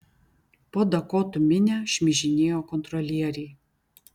po dakotų minią šmižinėjo kontrolieriai